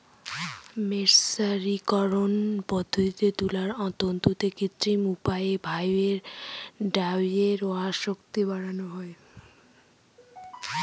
মের্সারিকরন পদ্ধতিতে তুলার তন্তুতে কৃত্রিম উপায়ে ডাইয়ের আসক্তি বাড়ানো হয়